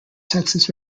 texas